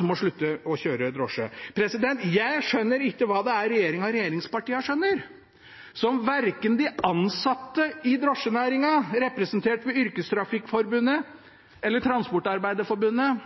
må slutte å kjøre drosje. Jeg skjønner ikke hva regjeringen og regjeringspartiene skjønner som verken de ansatte sjåførene i drosjenæringen, representert ved Yrkestrafikkforbundet eller Transportarbeiderforbundet,